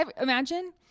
imagine